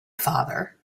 father